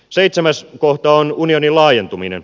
seitsemäs kohta on unionin laajentuminen